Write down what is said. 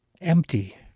empty